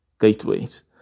gateways